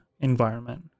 environment